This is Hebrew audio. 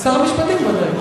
את שר המשפטים, בוודאי.